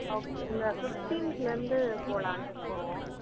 okay இந்த ஃபிஃப்ட்டின்த்லந்து போலான்ட்ருக்கோம்